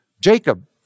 Jacob